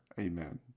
Amen